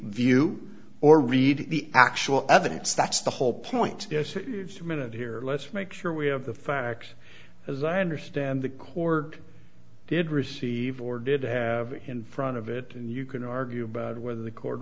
view or read the actual evidence that's the whole point of minute here let's make sure we have the facts as i understand the cork did receive or did have it in front of it and you can argue about whether the co